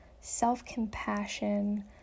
self-compassion